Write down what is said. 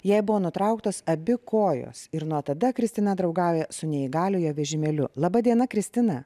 jai buvo nutrauktos abi kojos ir nuo tada kristina draugauja su neįgaliojo vežimėliu laba diena kristina